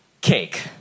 Cake